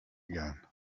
again